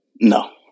No